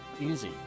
Easy